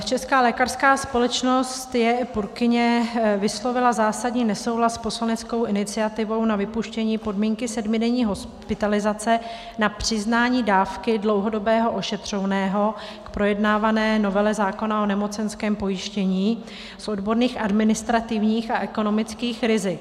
Česká lékařská společnost J. E. Purkyně vyslovila zásadní nesouhlas s poslaneckou iniciativou na vypuštění podmínky sedmidenní hospitalizace na přiznání dávky dlouhodobého ošetřovného v projednávané novele zákona o nemocenském pojištění z odborných, administrativních a ekonomických rizik.